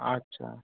আচ্ছা